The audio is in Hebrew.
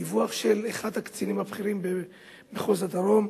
דיווח של אחד הקצינים הבכירים במחוז הדרום: